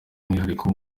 umwihariko